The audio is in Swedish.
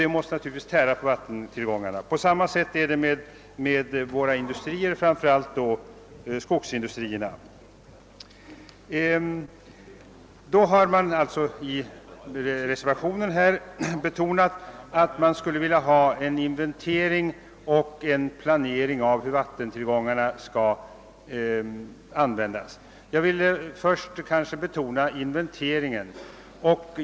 Detta måste naturligtvis tära på vattentillgångarna. Det gör även våra industrier, framför allt skogsindustrierna. I reservationen föreslår man en inventering och en planering av hur vattentillgångarna skall användas. Jag vill först betona inventeringen.